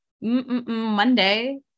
Monday